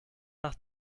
nach